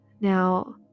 Now